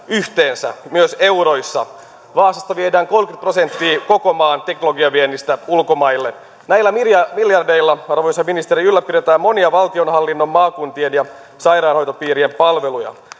yhteensä myös euroissa vaasasta viedään kolmekymmentä prosenttia koko maan teknologiaviennistä ulkomaille näillä miljardeilla miljardeilla arvoisa ministeri ylläpidetään monia valtionhallinnon maakuntien ja sairaanhoitopiirien palveluja